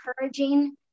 encouraging